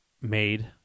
made